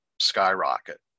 skyrocket